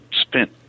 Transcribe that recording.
spent